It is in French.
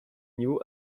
niveau